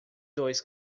dois